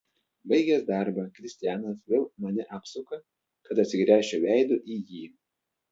baigęs darbą kristianas vėl mane apsuka kad atsigręžčiau veidu į jį